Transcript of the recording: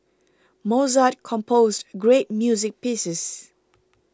Mozart composed great music pieces